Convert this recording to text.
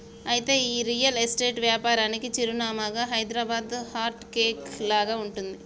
అయితే ఈ real estate వ్యాపారానికి చిరునామాగా హైదరాబాదు హార్ట్ కేక్ లాగా ఉంటుంది